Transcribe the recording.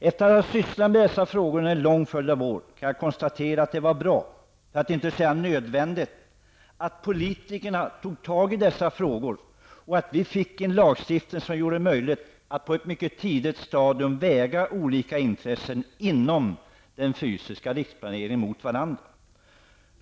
Efter att ha sysslat med dessa frågor under en lång följd av år kan jag konstatera att det var bra -- för att inte säga nödvändigt -- att politikerna tog tag i dessa frågor och att vi fick en lagstiftning som gjorde det möjligt att på ett mycket tidigt stadium väga olika intressen inom den fysiska riksplaneringen mot varandra.